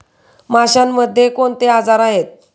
माशांमध्ये कोणते आजार आहेत?